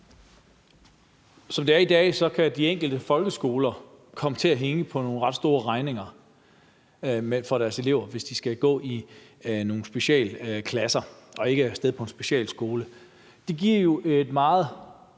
Som det er i dag, kan de enkelte folkeskoler komme til at hænge på nogle ret store regninger for deres elever, hvis de skal gå i specialklasser og ikke skal af sted på en specialskole. Det giver jo et meget